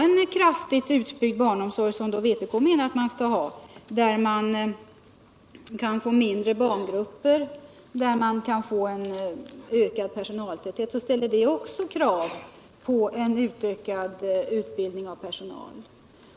En kraftigt utbyggd barnomsorg, som vpk menar att vi skall ha, med mindre barngrupper och ökat personaltäthet ställer också krav på ökad utbildning av personalen.